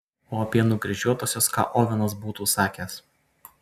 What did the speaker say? o apie nukryžiuotuosius ką ovenas būtų sakęs